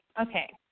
okay